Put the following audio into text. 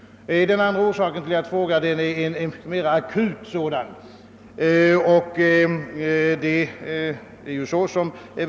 Den andra anledningen till min fråga har mera akut karaktär.